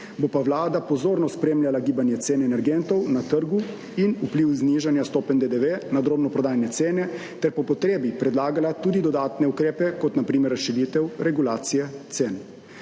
Bo pa Vlada pozorno spremljala gibanje cen energentov na trgu in vpliv znižanja stopenj DDV na drobno prodajne cene ter po potrebi predlagala tudi dodatne ukrepe, kot na primer razširitev regulacije cen.